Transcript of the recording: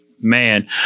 man